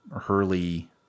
Hurley